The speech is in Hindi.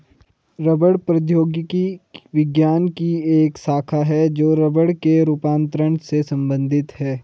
रबड़ प्रौद्योगिकी विज्ञान की एक शाखा है जो रबड़ के रूपांतरण से संबंधित है